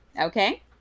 Okay